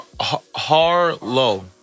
Harlow